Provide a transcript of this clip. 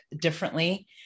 differently